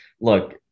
look